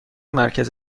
مرکز